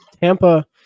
Tampa